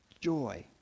joy